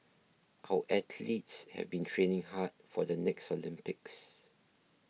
our athletes have been training hard for the next Olympics